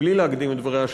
בלי להקדים את דבריה,